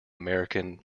american